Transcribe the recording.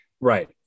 Right